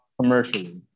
commercially